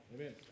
amen